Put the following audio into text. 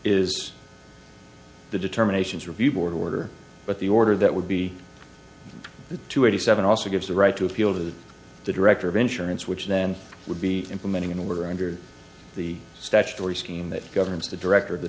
is the determinations review board order but the order that would be two eighty seven also gives the right to appeal to the director of insurance which then would be implementing in the or under the statutory scheme that governs the director of the